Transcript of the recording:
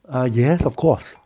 uh yes of course